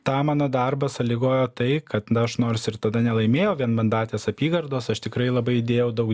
tą mano darbą sąlygojo tai kad aš nors ir tada nelaimėjau vienmandatės apygardos aš tikrai labai įdėjau daug